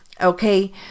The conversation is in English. Okay